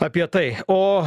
apie tai o